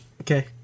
Okay